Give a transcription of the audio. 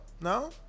no